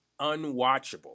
unwatchable